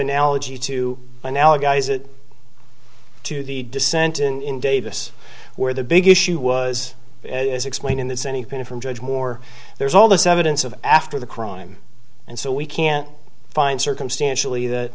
analogy to analogous to the dissent in davis where the big issue was as explained in this anything from judge moore there's all this evidence of after the crime and so we can't find circumstantially that